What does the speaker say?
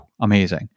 amazing